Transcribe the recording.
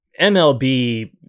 MLB